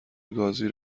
گازی